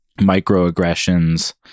microaggressions